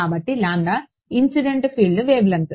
కాబట్టి incident field wave length